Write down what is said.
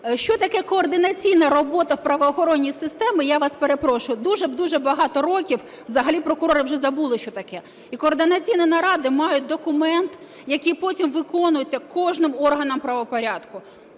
Що таке координаційна робота у правоохоронній системі, я у вас перепрошую, дуже й дуже багато років взагалі прокурори забули що таке. І координаційні наради мають документ, який потім виконується кожним органом правопорядку